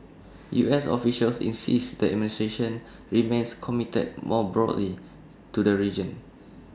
U S officials insist the administration remains committed more broadly to the region